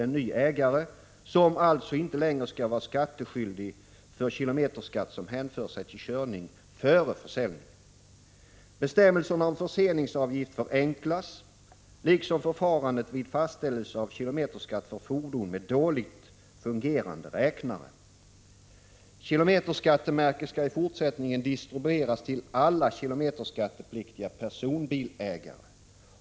Denne skall alltså inte längre vara skattskyldig för kilometerskatt som hänför sig till körning före försäljningen. Bestämmelserna om förseningsavgift förenklas, liksom förfarandet vid fastställelse av kilometerskatt för fordon med dåligt fungerande räknare. Kilometerskattemärke skall i fortsättningen distribueras till alla kilometerskattepliktiga personbilsägare.